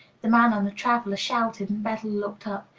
the man on the traveler shouted, and bedell looked up.